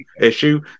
issue